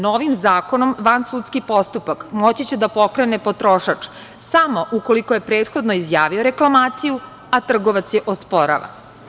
Novim zakonom vansudski postupak moći će da pokrene potrošač samo ukoliko je prethodno izjavio reklamaciju, a trgovac je osporava.